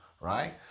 right